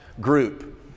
group